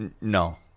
no